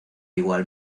igual